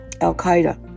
Al-Qaeda